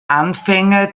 anfänge